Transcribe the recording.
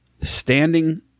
standing